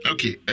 Okay